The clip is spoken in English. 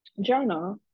journal